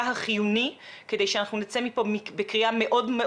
היום אנחנו עומדים בין 1.5%-3%,